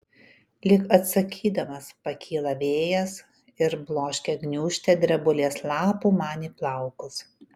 lyg atsakydamas pakyla vėjas ir bloškia gniūžtę drebulės lapų man į plaukus